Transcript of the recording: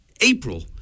April